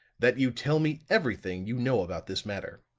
that you tell me everything you know about this matter.